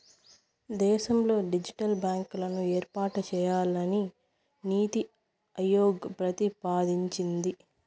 దేశంలో డిజిటల్ బ్యాంకులను ఏర్పాటు చేయాలని నీతి ఆయోగ్ ప్రతిపాదించింది